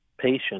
patient